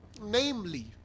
Namely